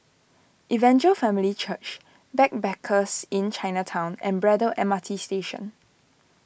Evangel Family Church Backpackers Inn Chinatown and Braddell M R T Station